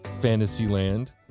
Fantasyland